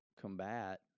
combat